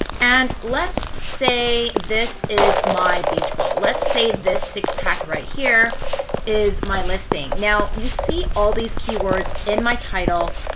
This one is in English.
and let's say this is my beach ball. let's say this six pack right here is my listing. now, you see all of these keywords in my title,